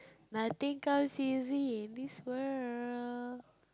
nothing comes easy in this world